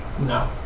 No